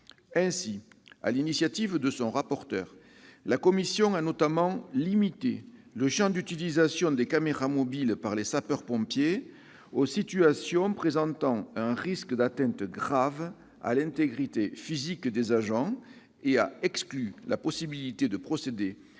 Ainsi, sur l'initiative de son rapporteur, la commission a limité le champ d'utilisation des caméras mobiles par les sapeurs-pompiers aux situations présentant un risque d'atteinte grave à l'intégrité physique des agents et a exclu la possibilité de procéder